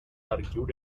argued